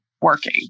working